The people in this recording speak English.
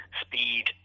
speed